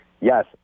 Yes